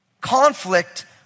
Conflict